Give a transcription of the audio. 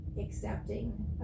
accepting